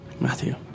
Matthew